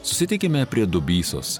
susitikime prie dubysos